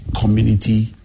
community